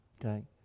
okay